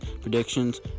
predictions